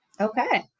okay